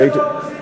איך זה באופוזיציה?